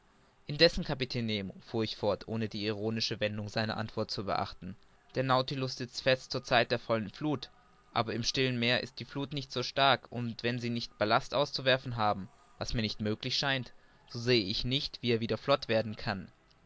indessen kapitän nemo fuhr ich fort ohne die ironische wendung seiner antwort zu beachten der nautilus sitzt fest zur zeit der vollen fluth aber im stillen meer ist die fluth nicht so stark und wenn sie nicht ballast auszuwerfen haben was mir nicht möglich scheint so sehe ich nicht ab wie er wieder flott werden kann